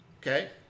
Okay